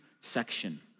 section